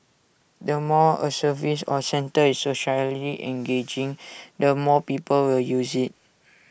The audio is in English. the more A service or centre is socially engaging the more people will use IT